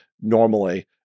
normally